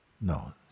No